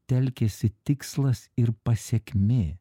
telkiasi tikslas ir pasekmė